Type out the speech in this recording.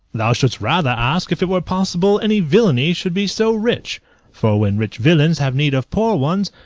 thou shouldst rather ask if it were possible any villany should be so rich for when rich villains have need of poor ones,